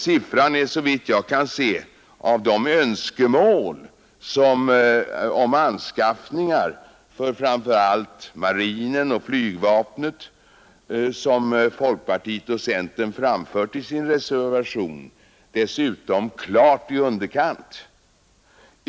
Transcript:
Siffran är, såvitt jag kan se av de önskemål om anskaffningar för framför allt marinen och flygvapnet som folkpartiet och centern framfört i sin reservation, dessutom klart i underkant.